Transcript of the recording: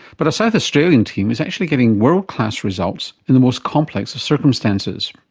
but a south australian team is actually getting world-class results in the most complex of circumstances.